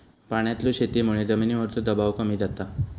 पाण्यातल्या शेतीमुळे जमिनीवरचो दबाव कमी जाता